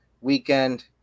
weekend